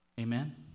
Amen